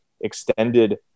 extended –